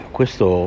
Questo